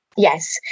Yes